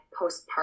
postpartum